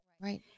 right